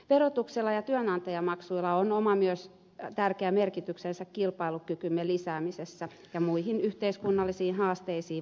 verotuksella ja työnantajamaksuilla on myös oma tärkeä merkityksensä kilpailukykymme lisäämisessä ja muihin yhteiskunnallisiin haasteisiin vastaamisessa